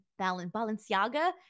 Balenciaga